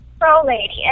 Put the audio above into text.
Pro-lady